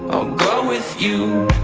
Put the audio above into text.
go with you.